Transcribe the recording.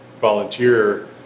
volunteer